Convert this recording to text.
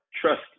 trust